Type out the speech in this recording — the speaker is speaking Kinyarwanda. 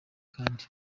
kandi